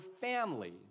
family